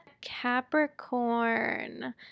Capricorn